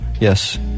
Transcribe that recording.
Yes